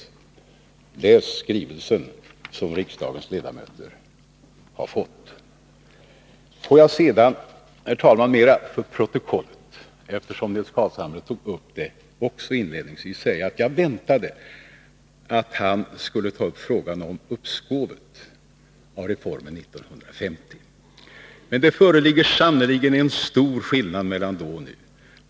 Läs skrivelsen, som riksdagens ledamöter har fått! Herr talman! Får jag sedan säga — mera för protokollet — att jag väntade att Nils Carlshamre skulle ta upp frågan om uppskovet av reformen 1950. Men det föreligger sannerligen en stor skillnad mellan då och nu.